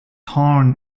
torn